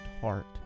heart